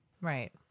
Right